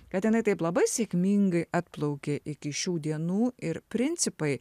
kad jinai taip labai sėkmingai atplaukė iki šių dienų ir principai